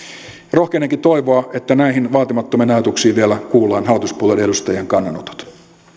rohkenenkin toivoa että näihin vaatimattomiin ajatuksiin vielä kuullaan hallituspuolueiden edustajien kannanotot